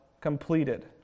completed